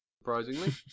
surprisingly